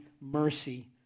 mercy